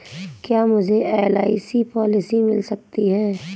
क्या मुझे LIC policy मिल सकती है?